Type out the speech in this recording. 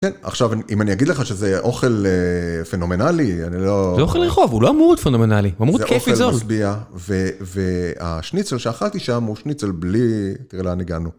כן, עכשיו אם אני אגיד לך שזה אוכל פנומנלי, אני לא... זה אוכל רחוב, הוא לא אמור להיות פנומנלי, הוא אמור להיות כיף וזול. זה אוכל מסביע, והשניצל שאכלתי שם הוא שניצל בלי... תראה לאן הגענו.